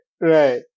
right